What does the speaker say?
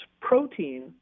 protein